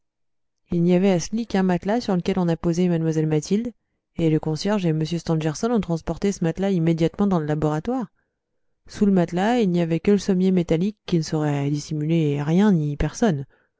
il n'y avait à ce lit qu'un matelas sur lequel on a posé mlle mathilde et le concierge et m stangerson ont transporté ce matelas immédiatement dans le laboratoire sous le matelas il n'y avait que le sommier métallique qui ne saurait dissimuler rien ni personne